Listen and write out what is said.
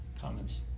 comments